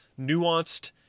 nuanced